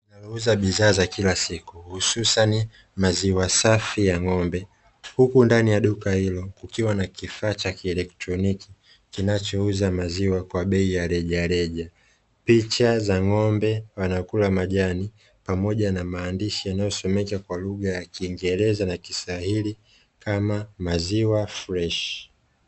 Duka linalouza bidhaa za kila siku, hususani maziwa safi ya ng'ombe. Huku ndani ya duka hilo kukiwa na kifaa cha kielektroniki kinachouza maziwa kwa bei ya rejareja. Picha za ng'ombe wanakula majani pamoja na maandishi yanayosomeka kwa lugha ya Kiingereza na Kiswahili kama maziwa freshi.